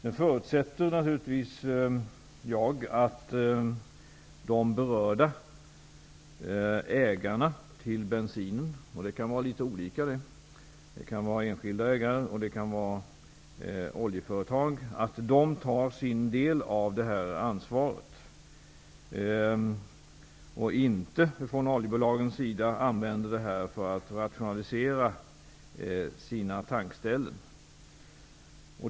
Jag förutsätter nu naturligtvis att de berörda, ägarna till bensinen -- det kan vara litet olika; det kan vara enskilda ägare och det kan vara oljeföretag -- tar sin del av ansvaret och att man inte t.ex. från oljebolagets sida använder detta tillfälle för att rationalisera sina tankställen.